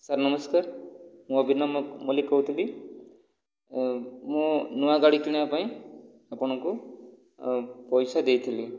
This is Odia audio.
ସାର୍ ନମସ୍କାର ମୁଁ ବିନମ ମଲ୍ଲିକ କହୁଥିଲି ମୁଁ ନୁଆ ଗାଡ଼ି କିଣିବା ପାଇଁ ଆପଣଙ୍କୁ ପଇସା ଦେଇଥିଲି